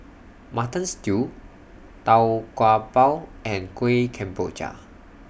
Mutton Stew Tau Kwa Pau and Kuih Kemboja